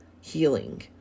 healing